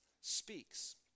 speaks